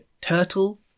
turtle